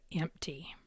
empty